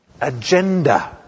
Agenda